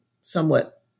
somewhat